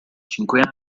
cinque